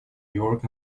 york